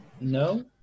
no